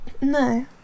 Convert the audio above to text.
No